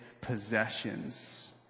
possessions